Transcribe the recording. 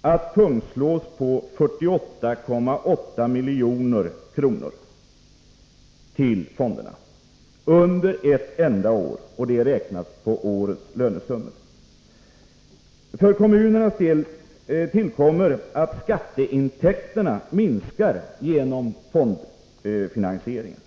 att pungslås på 48,8 milj.kr. i fondavgifter under ett enda år, räknat på årets lönesummor. För kommunernas del tillkommer att skatteintäkterna minskar genom fondfinansieringen.